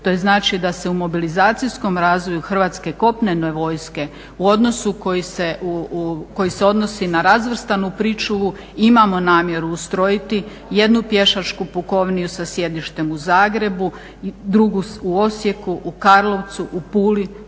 to je da se u mobilizacijskom razvoju Hrvatske kopnene vojske u odnosu koji se odnosi na razvrstanu pričuvu imamo namjeru ustrojiti jednu pješačku pukovniju sa sjedištem u Zagrebu, drugu u Osijeku, u Karlovcu, u Puli,